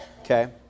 okay